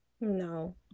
no